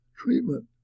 treatment